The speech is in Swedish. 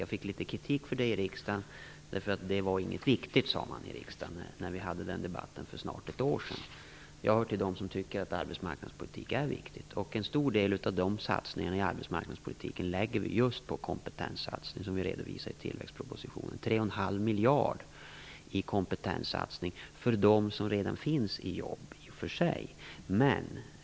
Jag fick litet kritik för det i riksdagen - det var inget viktigt, sade man när vi hade den debatten i riksdagen för snart ett år sedan. Jag hör till dem som tycker att arbetsmarknadspolitik är viktigt. En stor del av satsningarna inom arbetsmarknadspolitiken - ungefär 3,5 miljarder - lägger vi just på en kompetenssatsning, som vi redovisar i tillväxtpropositionen. Det går alltså till dem som redan har jobb.